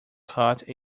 caught